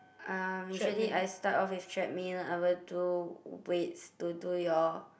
um usually I start off with treadmill I will do weights to do your